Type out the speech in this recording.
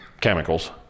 chemicals